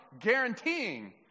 guaranteeing